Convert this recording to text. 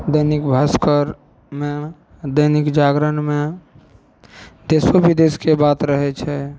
दैनिक भास्करमे दैनिक जागरणमे देशो बिदेशके बात रहै छै